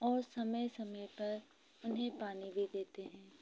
और समय समय पर उन्हें पानी भी देते हैं